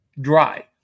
dry